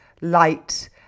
light